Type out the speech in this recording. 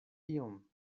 iom